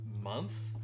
month